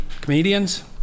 comedians